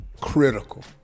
Critical